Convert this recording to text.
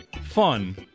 fun